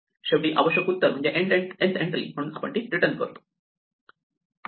शेवटी आवश्यक उत्तर म्हणजे nth एन्ट्री म्हणून आपण ती रिटर्न करतो